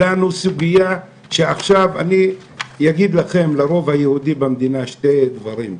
עכשיו אני אגיד לרוב היהודי במדינה שני דברים,